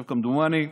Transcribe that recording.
כמדומני,